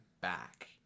back